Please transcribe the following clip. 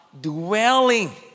dwelling